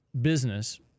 business